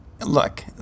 look